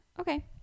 Okay